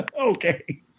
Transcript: Okay